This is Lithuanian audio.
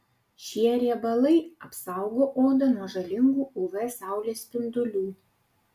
šie riebalai apsaugo odą nuo žalingų uv saulės spindulių